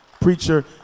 preacher